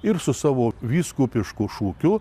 ir su savo vyskupišku šūkiu